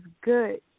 good